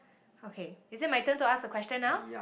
okay is it my turn to ask a question now